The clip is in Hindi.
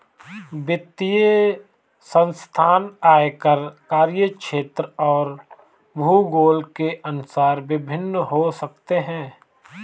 वित्तीय संस्थान आकार, कार्यक्षेत्र और भूगोल के अनुसार भिन्न हो सकते हैं